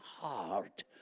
heart